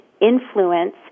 influence